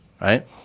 right